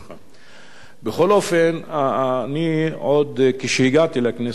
בכל אופן, עוד כשהגעתי לכנסת העליתי את הנושא הזה,